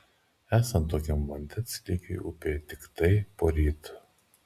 esant tokiam vandens lygiui upėje tiktai poryt